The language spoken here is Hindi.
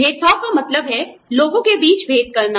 भेदभाव का मतलब है लोगों के बीच भेद करना